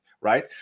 right